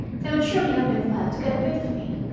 they would surely have been glad to get rid of me,